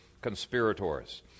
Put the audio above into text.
conspirators